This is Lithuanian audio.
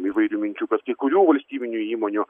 įvairių minčių kad kai kurių valstybinių įmonių